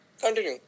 continue